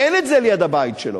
כי זה לא ליד הבית שלו.